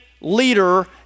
leader